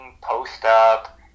post-up